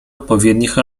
odpowiednich